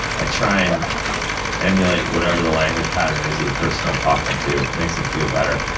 i try and emulate whatever the language pattern is of the person i'm talking to. it makes them feel better.